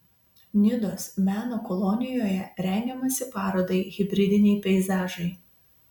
nidos meno kolonijoje rengiamasi parodai hibridiniai peizažai